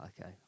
okay